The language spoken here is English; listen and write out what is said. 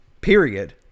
Period